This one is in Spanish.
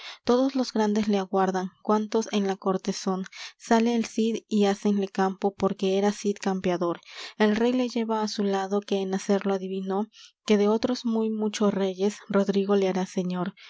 todos los grandes le aguardan cuántos en la corte son sale el cid y hácenle campo porque era cid campeador el rey le lleva á su lado que en hacerlo adivinó que de otros muy mucho reyes rodrigo le hará señor